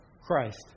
Christ